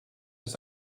ist